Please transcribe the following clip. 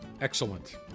Excellent